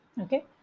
okay